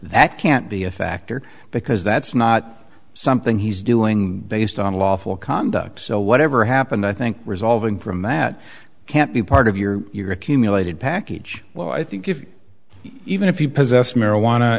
that can't be a factor because that's not something he's doing based on lawful conduct so whatever happened i think resolving from that can't be part of your your accumulated package well i think if even if you possess